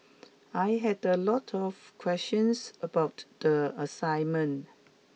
I had a lot of questions about the assignment